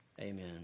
Amen